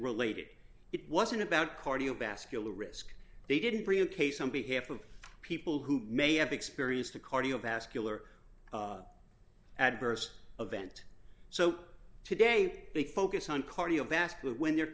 related it wasn't about cardiovascular risk they didn't bring in case somebody half of people who may have experienced a cardiovascular adverse event so today they focus on cardiovascular when their